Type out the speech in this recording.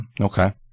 Okay